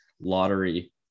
lottery